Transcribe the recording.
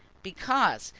because,